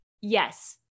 Yes